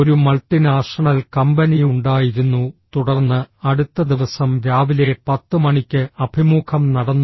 ഒരു multinational company ഉണ്ടായിരുന്നു തുടർന്ന് അടുത്ത ദിവസം രാവിലെ 10 മണിക്ക് അഭിമുഖം നടന്നു